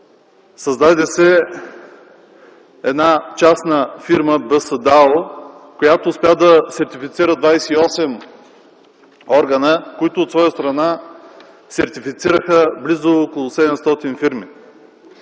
Създаде се една частна фирма БСДАУ, която успя да сертифицира 28 органа, които от своя страна сертифицираха близо около 700 фирми.